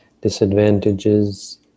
disadvantages